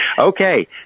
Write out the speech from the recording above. Okay